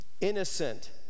innocent